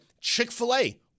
Chick-fil-A